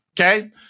Okay